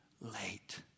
late